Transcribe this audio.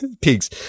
Pigs